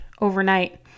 overnight